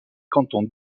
cantons